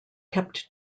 kept